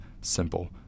Simple